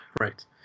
Right